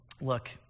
look